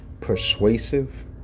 persuasive